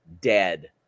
dead